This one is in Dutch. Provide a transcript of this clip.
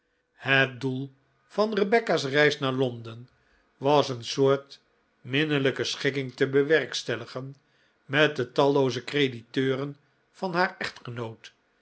het doel van rebecca's reis naar londen was een soort minnelijke schikking te bewerkstelligen met de tallooze crediteuren van haar echtgenoot